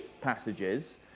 passages